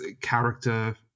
character